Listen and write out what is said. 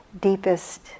deepest